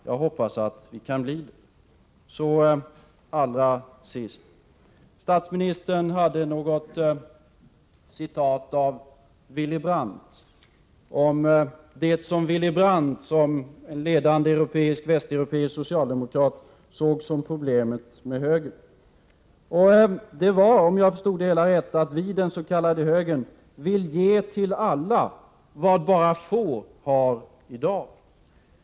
Jag hoppas att vi kan bli det. Allra sist: Statsministern citerade Willy Brandt och återgav vad han som en ledande västeuropeisk socialdemokrat såg som problemet med högern. Det var, om jag förstod det hela rätt, att vi, den s.k. högern, vill ge till alla vad bara få har i dag.